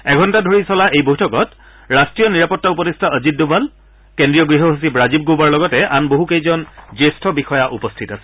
এঘণ্টা ধৰি চলা এই বৈঠকত ৰাষ্ট্ৰীয় নিৰাপত্তা উপদেষ্টা অজিত দোভাল কেন্দ্ৰীয় গৃহ সচিব ৰাজীৱ গৌবাৰ লগতে আন বহু কেইজন জ্যেষ্ঠ বিষয়া উপস্থিত আছিল